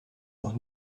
noch